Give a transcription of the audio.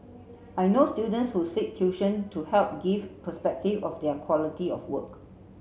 I know students who seek tuition to help give perspective of their quality of work